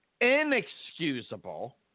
Inexcusable